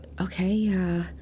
okay